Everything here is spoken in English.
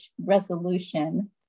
resolution